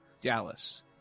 Dallas